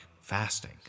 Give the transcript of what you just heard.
fasting